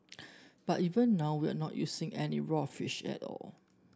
but even now we are not using any raw fish at all